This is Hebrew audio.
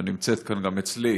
ונמצאת כאן גם אצלי,